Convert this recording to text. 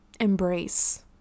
embrace